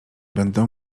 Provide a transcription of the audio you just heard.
będę